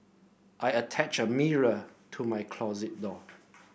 I attached a mirror to my closet door